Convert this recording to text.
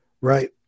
right